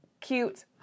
cute